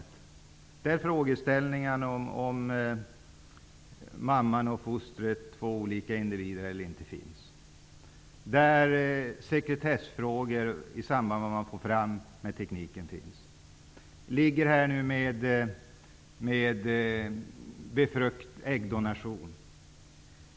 Det handlar om olika frågeställningar, t.ex. om huruvida mamman och fostret, två olika individer, finns eller inte finns. Det gäller också sekretessfrågor i samband med vad man får fram när tekniken finns. Det gäller också det här med äggdonation.